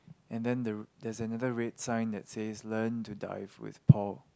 and then there there is a red sign that is learn to dive with pau